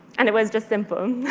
and it was just simple.